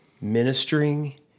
ministering